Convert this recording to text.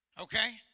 okay